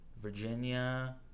Virginia